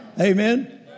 Amen